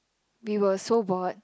we were so bored